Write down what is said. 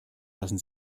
lassen